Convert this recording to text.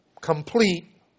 complete